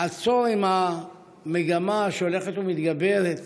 לאסור את המגמה שהולכת ומתגברת